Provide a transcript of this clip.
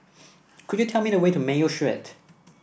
could you tell me the way to Mayo Street